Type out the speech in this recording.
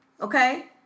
Okay